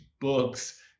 books